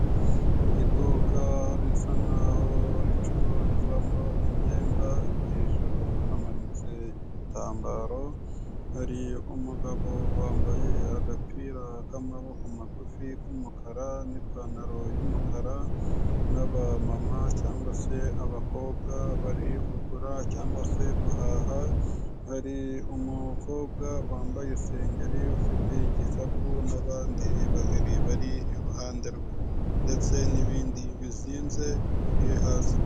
Iduka risa nk'aho ricururizwamo imyenda, hejuru hamanitse ibitambaro, hari umugabo wambaye agapira k'amaboko magufi k'umukara n'ipantaro y'umukara n'abamama cyangwa se abakobwa bari kugura cyangwa se guhaha, hari umukobwa wambaye isengeri ufite igikapu n'abandi babiri bari iruhande rwe ndetse n'ibindi bizinze biri hasi.